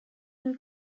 him